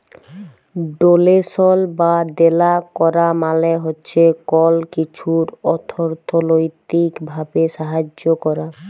ডোলেশল বা দেলা ক্যরা মালে হছে কল কিছুর অথ্থলৈতিক ভাবে সাহায্য ক্যরা